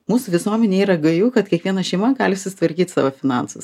mūsų visuomenėj yra gaju kad kiekviena šeima gali susitvarkyt savo finansus